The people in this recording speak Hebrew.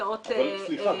שנמצאות -- אבל סליחה,